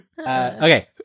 Okay